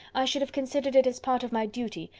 i should have considered it as part of my duty,